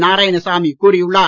நாராயணசாமி கூறியுள்ளார்